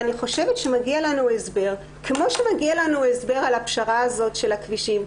אני חושבת שמגיע לנו הסבר כמו שמגיע לנו הסבר על הפשרה הזאת של הכבישים.